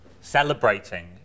celebrating